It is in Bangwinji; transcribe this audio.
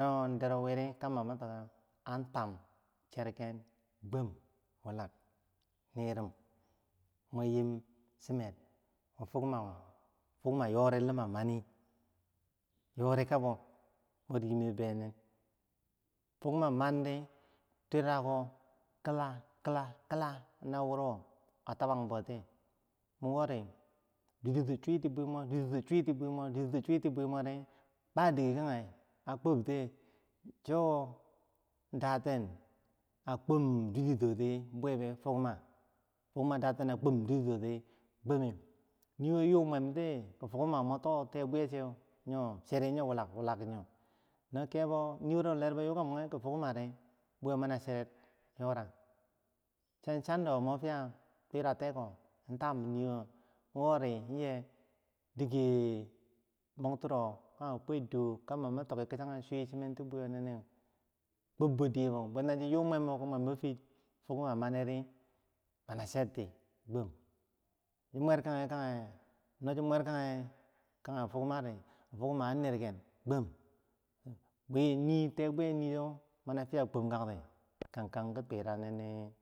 no dero wiri kambo min tike an twam cher ken gwam wulak nirum mun yim sumer wo fugma fugma yori lima mani, yorikabo mur yimeh benen fugma manidi turako kila kila na wuro, a tabang bo tiyeh mun wori jutito switi bwimor jutito switi bwimor jutito switi bwimor ri badike kage a kwabtiyeh cho daten a kwam jutitoti bwer beh fugma fugma daten a kwam jutitoti gwameu yiwo yu mwem ti ki fugma mur to tea bwer chew yor cheri yo wulak wulak yo, no kebo yiwoh lerbo yuka mwameng ki fugma ri, buyo mana chered yora chan chan dowo mwer fiyah twirak tea ko in tam yiwo wori yeh dike moktiro kage kwado kambo mi toki kichage swichinenti buyonene, kwabbo dibo bwanta no chin yum mwer bo ki mwer bo fid fugma maniri mana cheti gwam, chi mwerkagi kageh no chi mwer kagi kageh fugmah ri fugma an nirken gwam bwir yi tim bwe yizo mana fiyah kwamkati kitwerak nini.